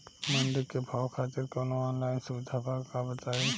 मंडी के भाव खातिर कवनो ऑनलाइन सुविधा बा का बताई?